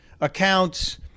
accounts